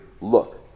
Look